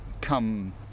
come